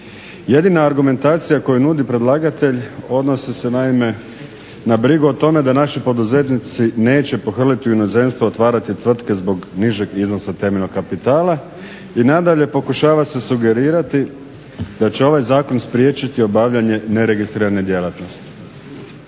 Jedina argumentacija koju nudi predlagatelj odnosi se naime na brigu o tome da naši poduzetnici neće pohrliti u inozemstvo otvarati tvrtke zbog nižeg iznosa temeljnog kapitala i nadalje, pokušava se sugerirati da će ovaj zakon spriječiti obavljanje neregistrirane djelatnosti.